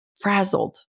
frazzled